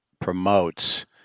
promotes